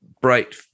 bright